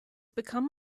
become